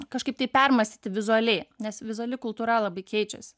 kažkaip tai permąstyti vizualiai nes vizuali kultūra labai keičias